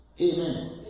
Amen